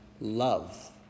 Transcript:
love